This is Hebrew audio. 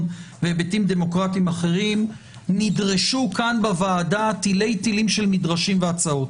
בהיבטים דמוקרטיים אחרים דרשו בוועדה תילי תילים של הצעות.